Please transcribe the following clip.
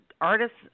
artists